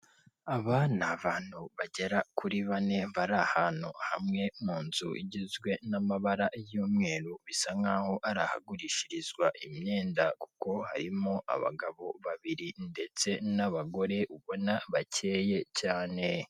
Aba ni abantu bagera kuri bane bari ahantu hamwe mu nzu igizwe n'amabara y'umweru, bisa nkaho ari ahagurishirizwa imyenda kuko harimo abagabo babiri ndetse n'abagore ubona bakeye cyane.